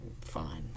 fine